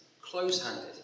close-handed